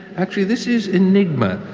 actually, this is enigma,